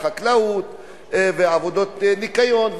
חקלאות וניקיון,